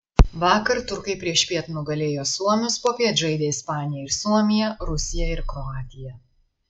vakar turkai priešpiet nugalėjo suomius popiet žaidė ispanija ir suomija rusija ir kroatija